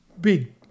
big